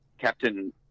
captain